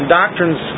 doctrines